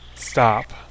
stop